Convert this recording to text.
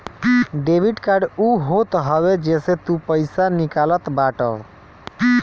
debit card उ होत हवे जेसे तू पईसा निकालत बाटअ